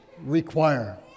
require